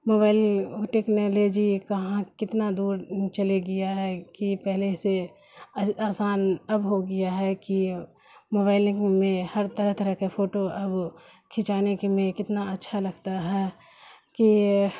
mobile technology کہاں کتنا دور چلے گیا ہے کہ پہلے سے آسان اب ہو گیا ہے کہ موبائلنگ میں ہر طرح طرح کے فوٹو اب کھینچانے کے میں کتنا اچھا لگتا ہے کہ